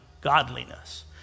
godliness